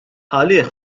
għalih